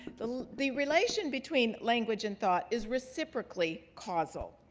the the relation between language and thought is reciprocally causal.